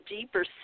deeper